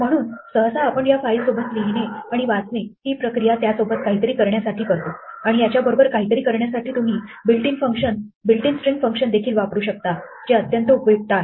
म्हणून सहसा आपण या फाईल सोबत लिहिणे आणि वाचणे ही प्रक्रिया त्यासोबत काहीतरी करण्यासाठी करतो आणि याच्या बरोबर काहीतरी करण्यासाठी तुम्ही बिल्ट इन स्ट्रिंग फंक्शन देखील वापरू शकता जे अत्यंत उपयुक्त आहेत